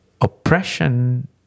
Oppression